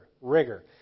Rigor